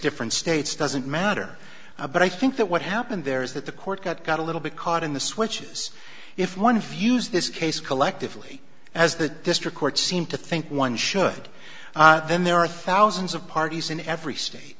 different states doesn't matter but i think that what happened there is that the court that got a little bit caught in the switches if one views this case collectively as the district court seem to think one should then there are thousands of parties in every state